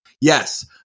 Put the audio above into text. Yes